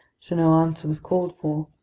so no answer was called for.